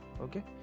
okay